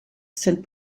saint